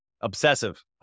Obsessive